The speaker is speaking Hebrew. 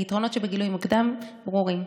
היתרונות שבגילוי מוקדם ברורים.